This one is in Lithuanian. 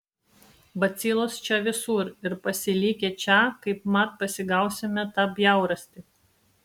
bacilos čia visur ir pasilikę čia kaip mat pasigausime tą bjaurastį